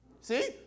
See